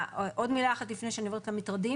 עוד מילה אחת לפני שאני עוברת למטרדים,